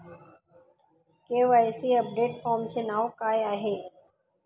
KYC update फॉर्मचे नाव काय आहे?